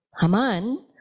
Haman